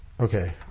Okay